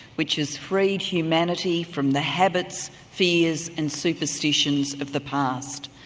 which has freed humanity from the habits, fears and superstitions of the past.